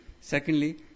Secondly